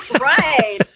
Right